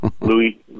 Louis